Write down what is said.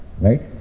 right